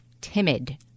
timid